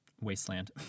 wasteland